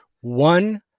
One